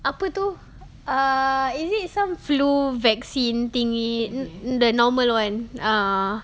apa tu err is it some flu vaccine thingy the normal [one] ah